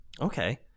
Okay